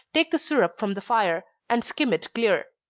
take the syrup from the fire, and skim it clear.